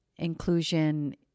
Inclusion